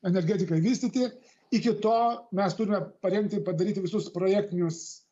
energetikai vystyti iki to mes turime parengti padaryti visus projektinius